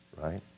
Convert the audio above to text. right